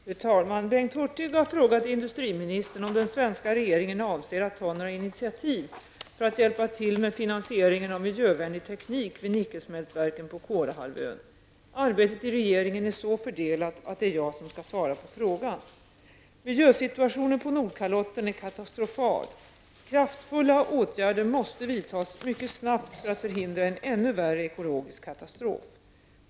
Fru talman! Bengt Hurtig har frågat industriministern om den svenska regeringen avser att ta några initiativ för att hjälpa till med finansieringen av miljövänlig teknik vid nickelsmältverken på Kolahalvön. Arbetet i regeringen är så fördelat att det är jag som skall svara på frågan. Miljösituationen på Nordkalotten är katastrofal. Kraftfulla åtgärder måste vidtas mycket snabbt för att förhindra en ännu värre ekologisk katastrof.